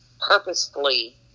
purposefully